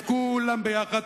את כולם ביחד,